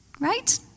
Right